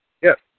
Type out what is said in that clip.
Yes